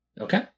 Okay